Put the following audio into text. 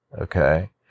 Okay